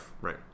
right